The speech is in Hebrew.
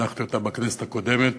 הנחתי בכנסת הקודמת.